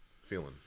feeling